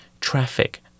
traffic